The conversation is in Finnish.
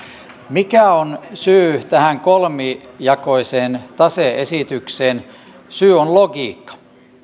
mikä on syy tähän kolmijakoiseen tase esitykseen syy on logiikka